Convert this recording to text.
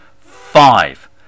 five